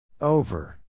Over